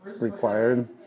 required